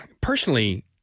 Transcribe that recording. Personally